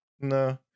No